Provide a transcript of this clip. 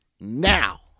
now